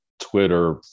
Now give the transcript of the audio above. Twitter